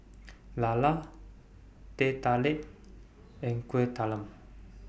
Lala Teh Tarik and Kueh Talam